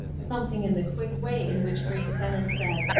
something in the quick way in which grace dennis said,